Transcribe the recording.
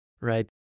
right